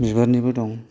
बिबारनिबो दं